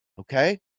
Okay